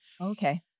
Okay